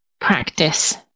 practice